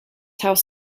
house